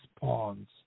pawns